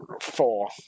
Four